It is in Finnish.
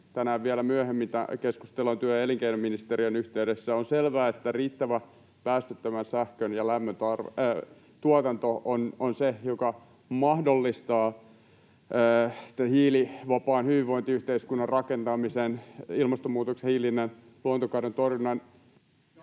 tänään vielä myöhemmin keskustellaan työ- ja elinkeinoministeriön yhteydessä. On selvää, että riittävä päästöttömän sähkön ja lämmön tuotanto on se, joka mahdollistaa hiilivapaan hyvinvointiyhteiskunnan rakentamisen, ilmastonmuutoksen hillinnän, luontokadon torjunnan,